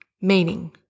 meaning